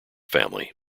family